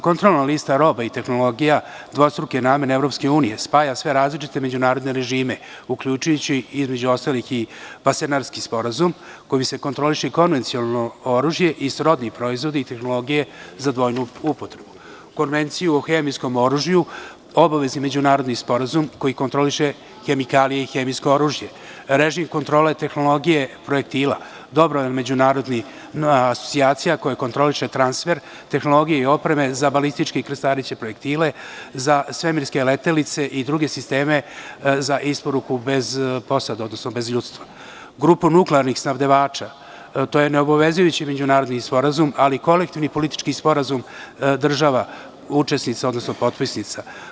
Kontrolna lista roba i tehnologija dvostruke namene EU spaja sve različite međunarodne režime, uključujući između ostalih i Vasenarski sporazum, kojim se kontroliše i konvencionalno oružje i srodni proizvodi i tehnologije za dvojnu upotrebu, Konvenciju o hemijskom oružju, obavezni međunarodni sporazum koji kontroliše hemikalije i hemijsko oružje, režim kontrole tehnologije projektila, dobrovoljna međunarodna asocijacija koja kontroliše transfer tehnologije i opreme za balističke i krstareće projektile za svemirske letilice i druge sisteme za isporuku bez posade, odnosno bez ljudstva, grupu nuklearnih snabdevača, to je neobavezujući međunarodni sporazum, ali i kolektivni politički sporazum država učesnica, odnosno potpisnica.